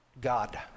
God